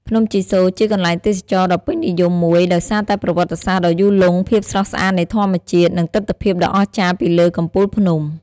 ភ្នំជីសូរជាកន្លែងទេសចរណ៍ដ៏ពេញនិយមមួយ ដោយសារតែប្រវត្តិសាស្ត្រដ៏យូរលង់ ភាពស្រស់ស្អាតនៃធម្មជាតិ និងទិដ្ឋភាពដ៏អស្ចារ្យពីលើកំពូលភ្នំ។